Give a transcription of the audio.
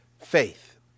Faith